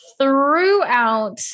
throughout